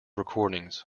recordings